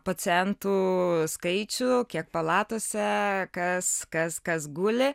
pacientų skaičių kiek palatose kas kas kas guli